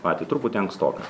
patį truputį ankstoka